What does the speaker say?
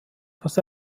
dass